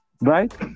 right